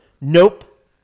nope